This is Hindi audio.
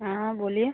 हाँ हाँ बोलिए